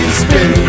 spin